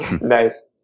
Nice